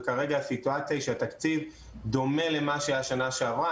וכרגע הסיטואציה היא שהתקציב דומה למה שהיה שנה שעברה.